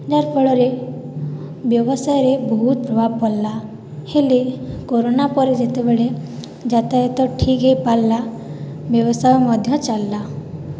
ଯାର ଫଳରେ ବ୍ୟବସାୟରେ ବହୁତ ପ୍ରଭାବ ପଡ଼ିଲା ହେଲେ କରୋନା ପରେ ଯେତେବେଳେ ଯାତାୟାତ ଠିକ୍ ହୋଇପାରିଲା ବ୍ୟବସାୟ ମଧ୍ୟ ଚାଲିଲା